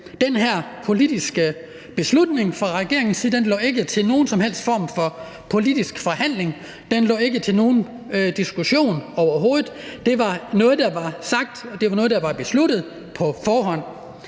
den her politiske beslutning fra regeringens side ikke var til nogen som helst form for politisk forhandling – den var overhovedet ikke til diskussion. Det var noget, der var sagt, og det var noget, der var besluttet på forhånd.